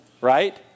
Right